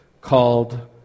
called